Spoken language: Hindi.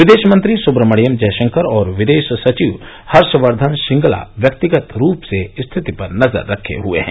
विदेशमंत्री सुब्रमण्यम जयशंकर और विदेश सचिव हर्षवर्धन श्रंगला व्यक्तिगत रूप से स्थिति पर नजर रखे हए हैं